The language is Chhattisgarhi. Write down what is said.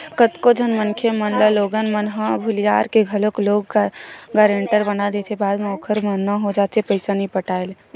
कतको झन मनखे मन ल लोगन मन ह भुलियार के घलोक लोन गारेंटर बना देथे बाद म ओखर मरना हो जाथे पइसा नइ पटाय ले